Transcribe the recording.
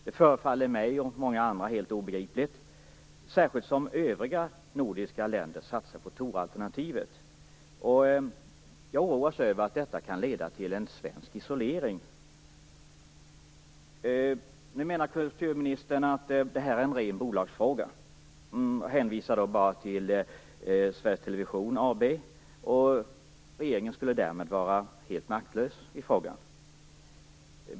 Det förefaller mig och många andra helt obegripligt, särskilt som övriga nordiska länder satsar på Thoralternativet. Jag oroas över att detta kan leda till en svensk isolering. Kulturministern sade att detta var en bolagsfråga och hänvisade bara till Sveriges Television AB. Regeringen skulle därmed vara helt maktlös.